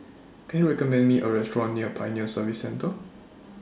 Can YOU recommend Me A Restaurant near Pioneer Service Centre